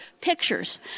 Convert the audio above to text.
pictures